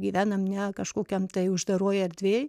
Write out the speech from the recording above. gyvenam ne kažkokiam tai uždaroj erdvėj